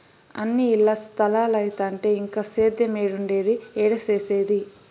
అన్నీ ఇల్ల స్తలాలైతంటే ఇంక సేద్యేమేడుండేది, ఏడ సేసేది